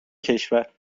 کشور